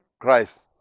Christ